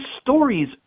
stories